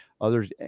others